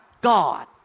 God